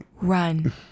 run